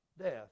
Death